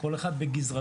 כל אחת בגזרתה,